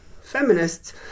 feminists